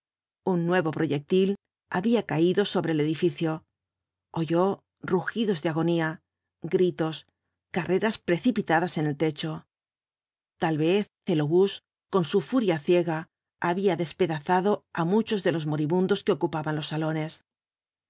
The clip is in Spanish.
un nuevo proyectil había caído sobre el edificio oyó rugidos de agonía gritos carreras precipitadas en el techo tal vez el obús con su furia ciega había despedazado á muchos de los moribundos que ocupaban los salones